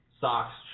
socks